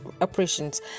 operations